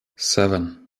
seven